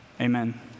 amen